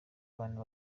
abantu